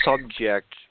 subject